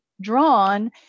drawn